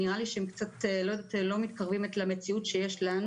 שנראה לי שלא מתקרבים למציאות שיש לנו.